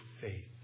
faith